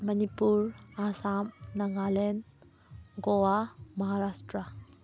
Manipur Assam Nagaland Goa Maharashtra